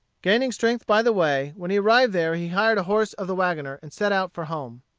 gaining strength by the way, when he arrived there he hired a horse of the wagoner, and set out for home.